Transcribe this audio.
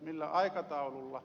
millä aikataululla